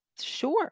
sure